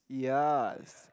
yas